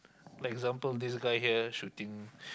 like example this guy here shooting